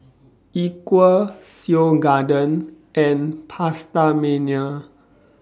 Equal Seoul Garden and PastaMania